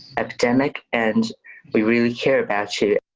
epidemic and we really care at you.